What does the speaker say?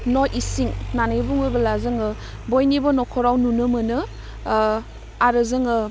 न' इसिं होन्नानै बुङोबोला जोङो बयनिबो नखराव नुनो मोनो आह आरो जोङो